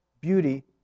beauty